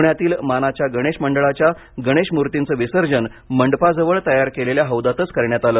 पुण्यातील मानाच्या गणेश मंडळाच्या गणेश मूर्तींचं विसर्जन मंडपाजवळ तयार केलेल्या हौदातच करण्यात आलं